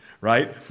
right